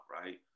right